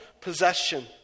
possession